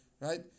Right